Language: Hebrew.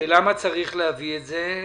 למה צריך להביא את זה?